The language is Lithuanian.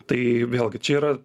tai vėlgi čia yra